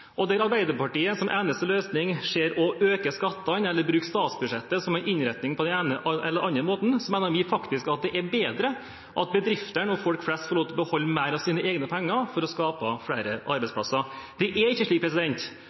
jobb. Der Arbeiderpartiet som eneste løsning ser å øke skattene eller bruke statsbudsjettet som en innretning på den ene eller andre måten, mener vi faktisk at det er bedre at bedriftene og folk flest får lov til å beholde mer av sine egne penger for å skape flere arbeidsplasser. Det er ikke slik